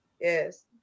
Yes